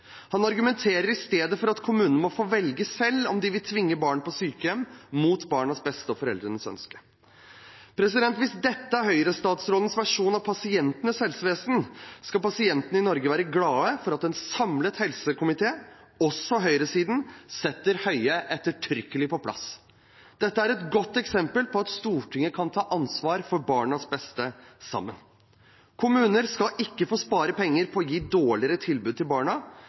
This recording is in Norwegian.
Han argumenter i stedet for at kommunene må få velge selv om de vil tvinge barn på sykehjem mot barnas beste og foreldrenes ønske. Hvis dette er Høyre-statsrådens versjon av pasientenes helsevesen, skal pasientene i Norge være glade for at en samlet helsekomité, også høyresiden, setter statsråd Høie ettertrykkelig på plass. Dette er et godt eksempel på at Stortinget sammen kan ta ansvar for barnas beste. Kommuner skal ikke få spare penger på å gi dårligere tilbud til barna.